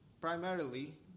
primarily